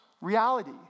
reality